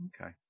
okay